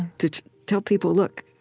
to tell people, look,